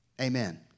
Amen